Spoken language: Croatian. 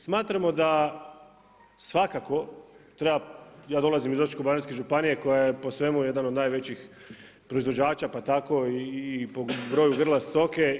Smatramo da svakako treba, ja dolazim i Osječko-baranjske županije koja je po svemu jedan od najvećih proizvođača pa tako i po broju grla stoke.